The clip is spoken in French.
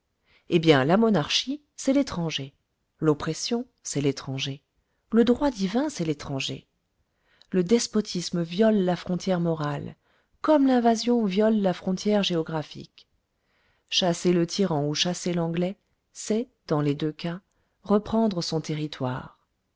eh bien la monarchie c'est l'étranger l'oppression c'est l'étranger le droit divin c'est l'étranger le despotisme viole la frontière morale comme l'invasion viole la frontière géographique chasser le tyran ou chasser l'anglais c'est dans les deux cas reprendre son territoire